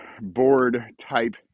board-type